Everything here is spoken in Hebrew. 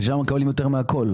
ששם מקבלים יותר מהכול.